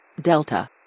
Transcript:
Delta